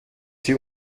sie